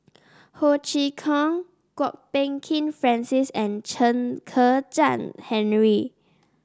Ho Chee Kong Kwok Peng Kin Francis and Chen Kezhan Henri